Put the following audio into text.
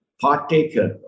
partaker